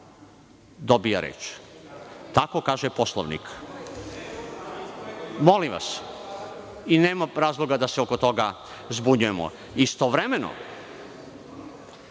dobije reč. Tako kaže Poslovnik. Molim vas, nema razloga da se oko toga zbunjujemo. Istovremeno,